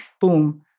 boom